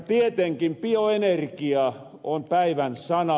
tietenkin bioenerkia on päivän sana